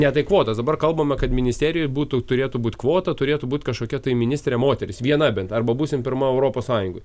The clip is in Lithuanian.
ne tai kvotas dabar kalbama kad ministerijoj būtų turėtų būt kvota turėtų būt kažkokia tai ministrė moteris viena bet arba būsim pirma europos sąjungoj